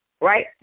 right